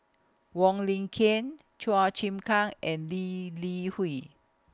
Wong Lin Ken Chua Chim Kang and Lee Li Hui